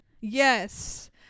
Yes